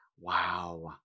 Wow